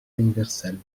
universelle